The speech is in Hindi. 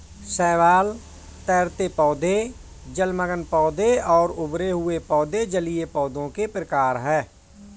शैवाल, तैरते पौधे, जलमग्न पौधे और उभरे हुए पौधे जलीय पौधों के प्रकार है